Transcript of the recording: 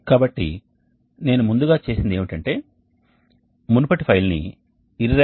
కాబట్టి నేను ముందుగా చేసినది ఏమిటంటే మునుపటి ఫైల్ని irradB